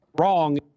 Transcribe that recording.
wrong